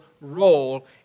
role